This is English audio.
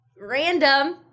random